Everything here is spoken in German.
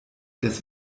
des